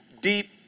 deep